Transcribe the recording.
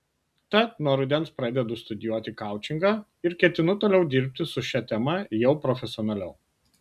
tad nuo rudens pradedu studijuoti koučingą ir ketinu toliau dirbti su šia tema jau profesionaliau